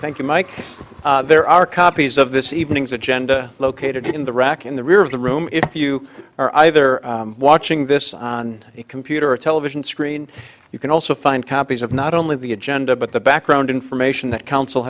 thank you mike there are copies of this evening's agenda located in the rack in the rear of the room if you are either watching this on a computer or a television screen you can also find copies of not only the agenda but the background information that council